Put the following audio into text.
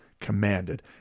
commanded